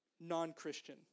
non-Christian